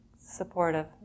supportive